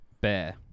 Bear